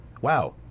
wow